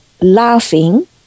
laughing